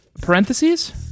Parentheses